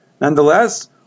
nonetheless